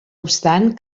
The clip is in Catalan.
obstant